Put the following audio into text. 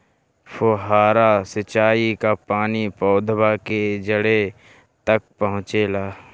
फुहारा सिंचाई का पानी पौधवा के जड़े तक पहुचे ला?